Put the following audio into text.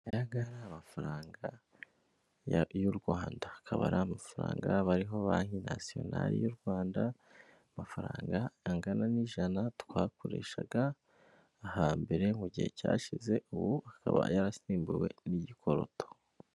Ayangaya ni amafaranga y'u Rwanda akaba ari amafaranga hariho banki nasiyonari y'u Rwanda, amafaranga angana n'ijana twakoreshaga hambere mu gihe cyashize ubu akaba yarasimbuwe n'igikoroto.